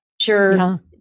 sure